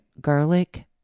garlic